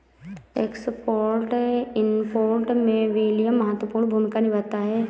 export import में विनियमन महत्वपूर्ण भूमिका निभाता है